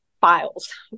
files